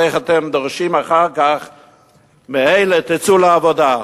אז איך אתם דורשים אחר כך מאלה: תצאו לעבודה?